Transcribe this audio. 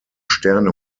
sterne